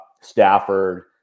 stafford